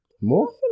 more